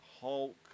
Hulk